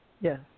Yes